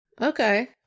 Okay